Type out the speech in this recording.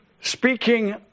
speaking